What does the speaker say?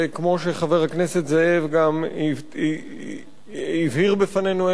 וכמו שחבר הכנסת זאב גם הבהיר בפנינו,